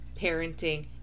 parenting